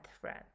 friend